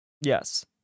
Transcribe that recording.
Yes